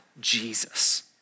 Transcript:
Jesus